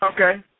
Okay